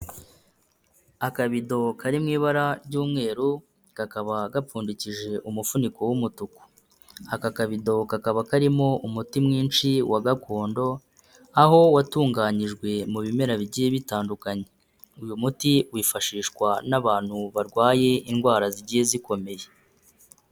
Akabido kari mu ibara ry'umweru, kakaba gapfundikishije umufuniko w'umutuku. Aka kabido kakaba karimo umuti mwinshi wa gakondo, aho watunganyijwe mu bimera bigiye bitandukanye. Uyu muti wifashishwa n'abantu barwaye indwara zigiye zikomeye.